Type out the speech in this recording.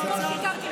את לא סגנית שר האוצר?